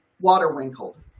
water-wrinkled